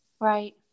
Right